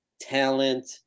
talent